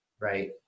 right